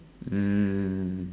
mm